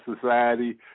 society